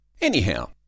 Anyhow